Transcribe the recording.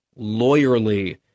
lawyerly